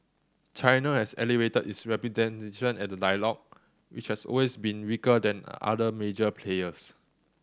China has elevated its representation at the dialogue which has always been weaker than other major players